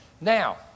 Now